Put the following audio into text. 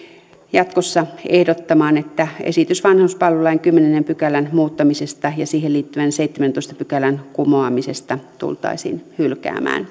jatkossa ehdottamaan että esitys vanhuspalvelulain kymmenennen pykälän muuttamisesta ja siihen liittyvän seitsemännentoista pykälän kumoamisesta tultaisiin hylkäämään